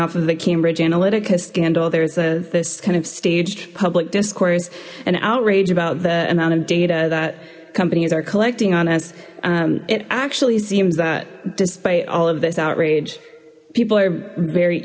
off of the cambridge analytic has scandal there's a this kind of staged public discourse an outrage about the amount of data that companies are collecting on us it actually seems that despite all of this outrage people are very